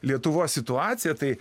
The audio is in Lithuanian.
lietuvos situaciją tai